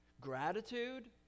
Gratitude